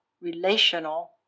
relational